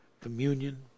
communion